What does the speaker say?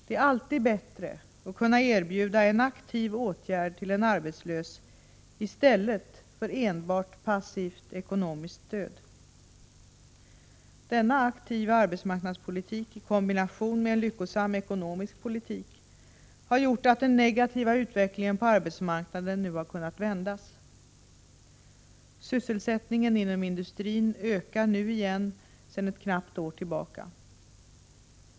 Det är alltid bättre att kunna erbjuda en aktiv åtgärd till en arbetslös i stället för enbart passivt ekonomiskt stöd. Denna aktiva arbetsmarknadspolitik, i kombination med en lyckosam ekonomisk politik, har gjort att den negativa utvecklingen på arbetsmarknaden har kunnat vändas. Sysselsättningen inom industrin ökar igen sedan ett knappt år tillbaka.